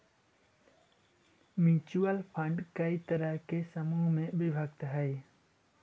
mutual fund कई तरह के समूह में विभक्त हई